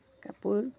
কাপোৰ